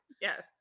Yes